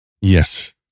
Yes